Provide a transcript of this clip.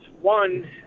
One